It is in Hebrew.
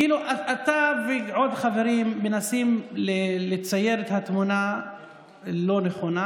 כאילו אתה ועוד חברים מנסים לצייר תמונה לא נכונה.